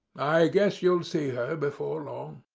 i guess you'll see her before long.